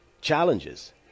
challenges